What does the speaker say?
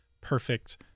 perfect